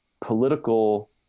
political